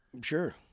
Sure